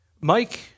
Mike